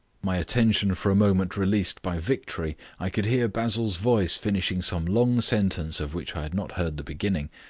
my attention for a moment released by victory, i could hear basil's voice finishing some long sentence of which i had not heard the beginning.